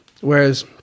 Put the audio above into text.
whereas